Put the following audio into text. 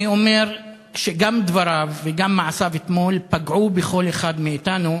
אני אומר שגם דבריו וגם מעשיו אתמול פגעו בכל אחד מאתנו,